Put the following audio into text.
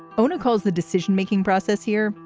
owna calls the decision making process here.